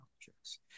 objects